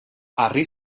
harri